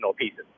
pieces